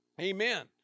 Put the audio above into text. Amen